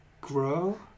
grow